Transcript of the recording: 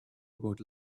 about